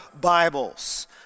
Bibles